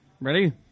Ready